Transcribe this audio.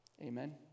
Amen